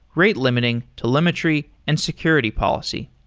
rate limiting, telemetry and security policy.